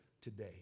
today